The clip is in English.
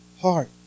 heart